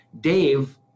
Dave